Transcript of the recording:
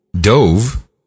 Dove